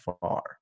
far